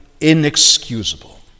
inexcusable